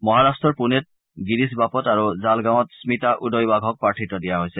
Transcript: মহাৰাট্টৰ পুণেত গিৰিশ বাপট আৰু জালগাঁৱত ম্মিতা উদয় ৱাঘক প্ৰাৰ্থিত্ব দিয়া হৈছে